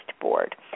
board